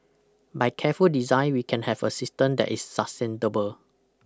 by careful design we can have a system that is sustainable